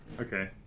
Okay